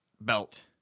Belt